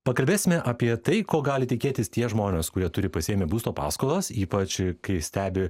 pakalbėsime apie tai ko gali tikėtis tie žmonės kurie turi pasiėmę būsto paskolas ypač kai stebi